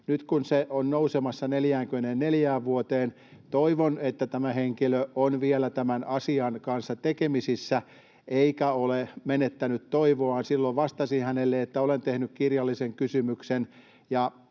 Nyt kun se on nousemassa 44 vuoteen, toivon, että tämä henkilö on vielä tämän asian kanssa tekemisissä eikä ole menettänyt toivoaan. Silloin vastasin hänelle, että olen tehnyt kirjallisen kysymyksen.